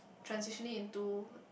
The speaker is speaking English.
transitionally into